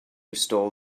stole